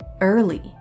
early